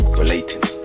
relating